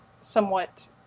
somewhat